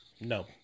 no